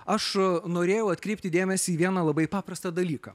aš norėjau atkreipti dėmesį į vieną labai paprastą dalyką